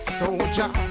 soldier